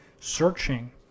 searching